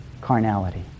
carnality